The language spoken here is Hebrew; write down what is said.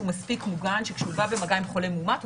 מספיק מוגן שכשהוא בא במגע עם חולה מאומת,